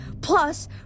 plus